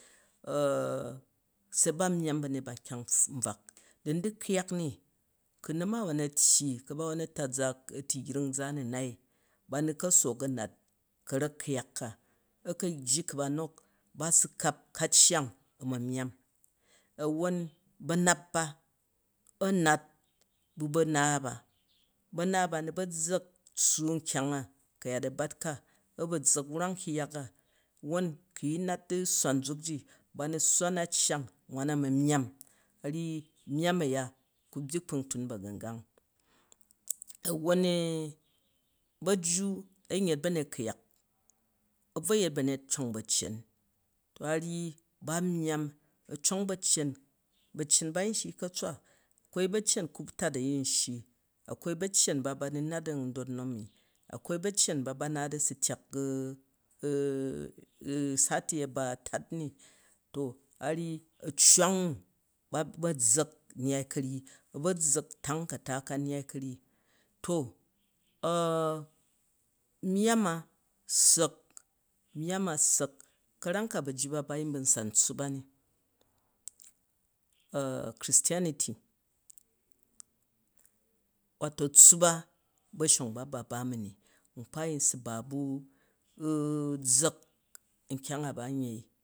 se ba nyyam ba̱nyet ba kyang-bvau, da̱ ni du̱ ku̱yak ni, ku na̱mawon a̱tyyi, ku̱ kabawon a̱tat za a̱tu̱yring, za a̱nu̱nai, ba ni ka sook a̱ nai ka̱ra̱k ku̱yak ka, a̱ ka̱ jji ka̱ ba nok, ba su̱ kapi ka̱ ccay a̱ ma̱n myyam. Awwon ba̱nap ba a̱ nat ba ba̱naa ba, ba̱naa ba a̱ ni ba zza̱k, tsswu nkyang a, ka̱yat a̱ bat ka, a̱ ba̱ zza̱k wrang nkyangya na, wwon ku̱ yi nat sswan zuk ji, ba ni sswan a ccang wwona a ma̱ myyiam, a̱ ryyi myyam uya u̱ byyi kpuntun bahu̱ngan awwon ba̱ne bạju ạyin yet ba̱nyet ku̱yak, a̱ bvo yet ba̱n yet cong ba̱ccea, to a ryyi ba myyam, a̱ cong baccen, ba̱ccen ba a̱ yin shii ka̱tswan a̱kwai ba̱ccen kuptat a̱ yin shyi, akwai ba̱ccen ba, ba mi nat an dot nom ni. Ko baccen ba naat a, a, a a a̱ sur tyak sati a̱ ba s̱tat ni. To a ryyi a̱ccwang u, ba zza̱k nyyai ka̱ryyi, a̱ ba̱ zza̱k tang ka̱ta ka nyyai ka̱ryyi. To myyan a̱ ssa̱k, myyam a ssak, ka̱ramka bajju ba yi bun sam tssup a ni christranity, wato tssup a bashon ba ba mi mi nkpa yin su ba bu zza̱k nkyang a